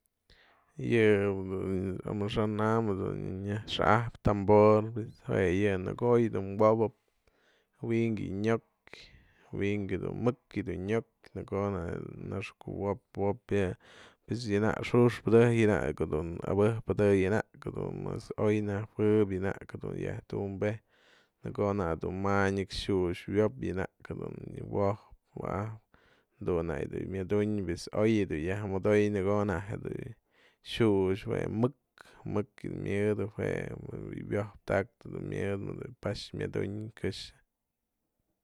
Yë amaxa'an dun nyaj xa'apyë tambor pues jue yë, në ko'o yë dun wo'opëp wynk yë nyo'ok wi'inkëdumek dun nyok në ko'o naxkuwop wop pyëp yë nak xu'uxpëdejkë yë nak dun abë'ëp yë nak mas oy nëjuëbë në ko'o nak dun ma nëx xiux wiopë yë nak dun wo'ojpë wa'apë jadun nak dun myadunë pues oy dun yiaj mëdoy në ko'o nak jedun xiux mëk, mëk yë myëdë jue mëdë wiojtaktë dun myëdë mëdë pax myadunyë këxë.